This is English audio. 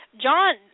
John